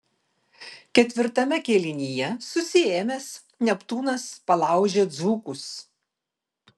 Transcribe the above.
ketvirtame kėlinyje susiėmęs neptūnas palaužė dzūkus